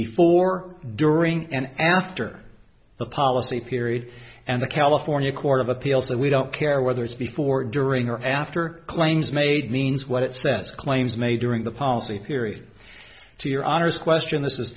before during and after the policy period and the california court of appeal so we don't care whether it's before during or after claims made means what it says claims made during the policy period to your honor's question this is